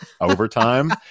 overtime